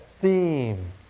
theme